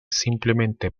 simplemente